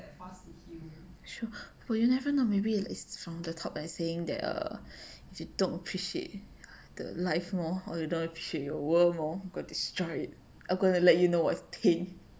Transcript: true but you never know maybe is from the top and saying that err if you don't appreciate the life more or you don't appreciate your world more will destroy it I'm gonna let you know what is pain